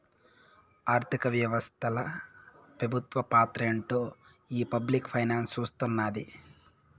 ఆర్థిక వ్యవస్తల పెబుత్వ పాత్రేంటో ఈ పబ్లిక్ ఫైనాన్స్ సూస్తున్నాది